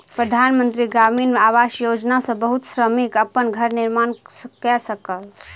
प्रधान मंत्री ग्रामीण आवास योजना सॅ बहुत श्रमिक अपन घर निर्माण कय सकल